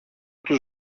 τους